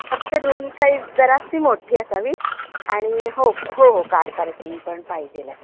फक्त room size जराशी मोठी असावी आणि हो हो हो कार पार्किंग पण पाहिजे आहे